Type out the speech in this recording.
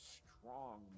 strong